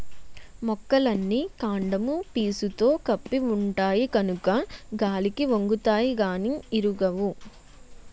మొక్కలన్నీ కాండము పీసుతో కప్పి ఉంటాయి కనుక గాలికి ఒంగుతాయి గానీ ఇరగవు